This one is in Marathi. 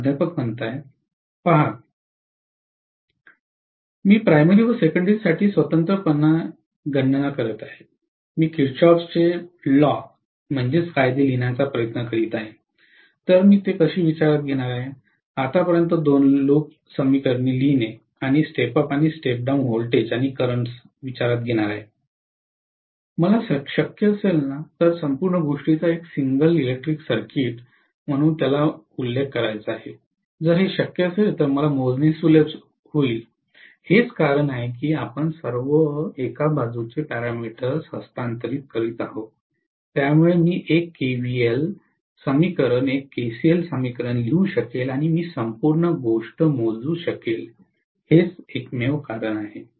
प्रोफेसर पहा मी प्रायमरी व सेकंडरी साठी स्वतंत्रपणे गणना करत आहे मी किरचॉफचे Kirchhoff's कायदे लिहिण्याचा प्रयत्न करीत आहे तर मी ते कसे विचारात घेणार आहे आतापर्यंत दोन लूप समीकरणे लिहिणे आणि स्टेप उप अणि स्टेप डाउन व्होल्टेजेस आणि करंट्स विचारात घेणार आहे मला शक्य असेल तर संपूर्ण गोष्टीचा एकच सिंगल इलेक्ट्रिक सर्किट म्हणून उल्लेख करायचा आहे जर हे शक्य असेल तर मला मोजणी सुलभ करेल हेच कारण आहे की आपण सर्व एका बाजूचे पॅरामीटर्स हस्तांतरित करत आहोत ज्यामुळे मी 1 केव्हीएल समीकरण 1 केसीएल समीकरण लिहू शकेन आणि मी संपूर्ण गोष्ट मोजू शकेन हे एकमेव कारण आहे